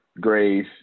Grace